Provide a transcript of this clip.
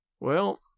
Well